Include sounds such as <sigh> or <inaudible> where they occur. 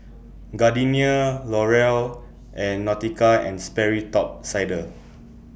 Gardenia Laurier and Nautica and Sperry Top Sider <noise>